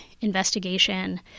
investigation